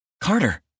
Carter